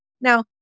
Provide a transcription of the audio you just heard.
Now